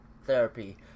Therapy